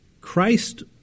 Christ